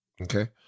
Okay